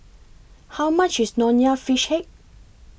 How much IS Nonya Fish Head